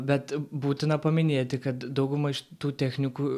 bet būtina paminėti kad dauguma iš tų technikų